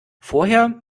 vorher